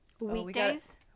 Weekdays